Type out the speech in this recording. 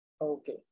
Okay